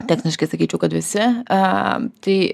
techniškai sakyčiau kad visi a tai